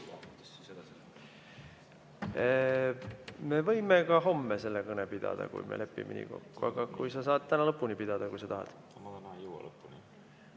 Me võime ka homme selle kõne pidada, kui me lepime nii kokku, aga sa saad täna lõpuni rääkida, kui sa tahad. Sa alustad enne